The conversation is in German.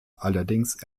allerdings